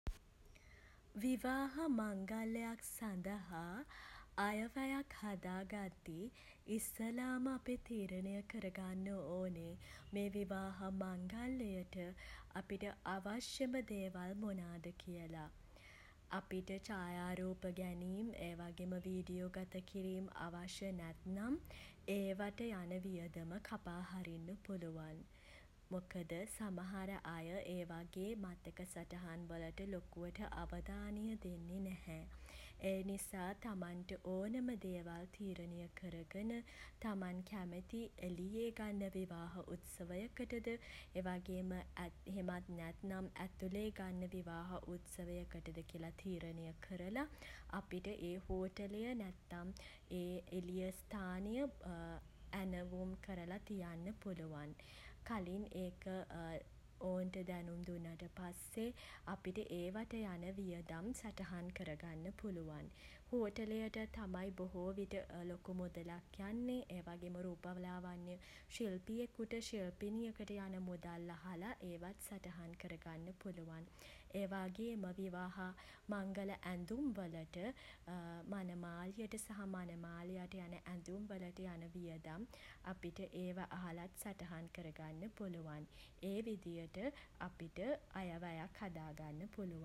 විවාහ මංගල්‍යයක් සඳහා අයවැයක් හදාගද්දී ඉස්සෙල්ලාම අපි තීරණය කර ගන්න ඕනේ මේ විවාහ මංගල්‍යයට අපිට අවශ්‍යම දේවල් මොනාද කියලා. අපිට ඡායාරූප ගැනීම් ඒ වගේම වීඩියෝ ගත කිරීම් අවශ්‍ය නැත්නම් ඒවට යන වියදම කපා හරින්න පුළුවන් මොකද සමහර අය ඒ වගේ මතක සටහන් වලට ලොකුවට අවධානය දෙන්නේ නැහැ. ඒ නිසා තමන්ට ඕනම දේවල් තීරණය කරගෙන තමන් කැමති එළියේ ගන්න විවාහ උත්සවයකට ද ඒ වගේම එහෙමත් නැත්නම් ඇතුලේ ගන්න විවාහ උත්සවයකටද කියල තීරණය කරලා අපිට ඒ හෝටලය නැත්නම් ඒ එළිය ස්ථානය ඇනවුම් කරලා තියන්න පුළුවන්. කලින් ඒක ඔවුන්ට දැනුම් දුන්නට පස්සේ අපිට ඒවට යන වියදම් සටහන් කර ගන්න පුළුවන්. හෝටලයට තමයි බොහෝ විට ලොකු මුදලක් යන්නේ. ඒ වගේම රූපලාවන්‍ය ශිල්පියෙකුට ශිල්පිනියකට යන මුදල් අහලා ඒවත් සටහන් කරගන්න පුළුවන්. ඒ වගේම විවාහ මංගල ඇඳුම් වලට මනමාලියට සහ මනමාලයට යන ඇඳුම් වලට යන වියදම් අපිට ඒවා අහලත් සටහන් කරගන්න පුලුවන්. ඒ විදියට අපිට අයවැයක් හදාගන්න පුළුවන්.